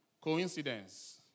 Coincidence